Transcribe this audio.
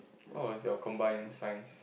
what was your combined science